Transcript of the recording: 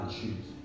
choose